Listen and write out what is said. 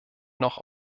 noch